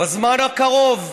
בזמן הקרוב,